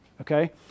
okay